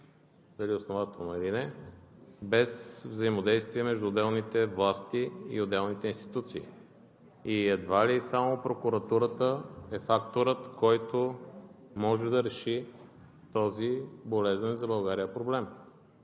дали основателно или не, без взаимодействие между отделните власти и отделните институции. И едва ли само прокуратурата е факторът, който може да реши този болезнен за България проблем.